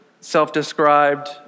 self-described